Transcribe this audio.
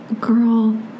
Girl